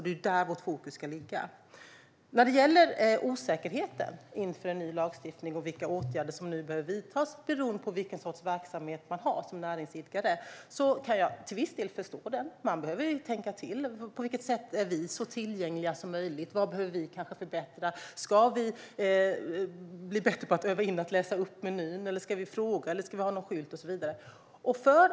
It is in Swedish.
Det är där vårt fokus ska ligga. Jag kan till viss del förstå osäkerheten inför en ny lagstiftning och vilka åtgärder som behöver vidtas, beroende på vilken sorts verksamhet man har som näringsidkare. Man behöver tänka till på vilket sätt man är så tillgänglig som möjligt och vad man behöver förbättra. Ska man läsa upp menyn, ska man ha någon skylt och så vidare?